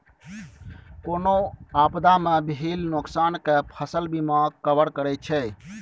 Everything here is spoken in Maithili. कोनो आपदा मे भेल नोकसान केँ फसल बीमा कवर करैत छै